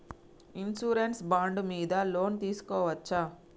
Insurance bond మీద loan తీస్కొవచ్చా?